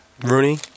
Rooney